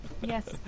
yes